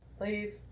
Leave